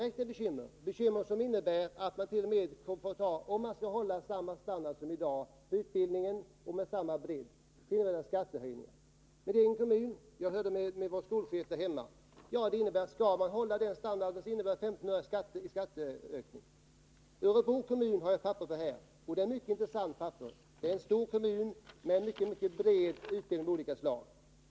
Skall man ha samma standard och bredd som i dag när det gäller utbildningen betyder det skattehöjning. Jag har talat med skolchefen i min hemkommun. Han säger att det blir 15 öre i skatteökning, om denna standard skall behållas. Beträffande Örebro kommun har jag ett mycket intressant papper. Örebro är en mycket stor kommun med mycket bred utbildning av olika slag.